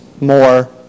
more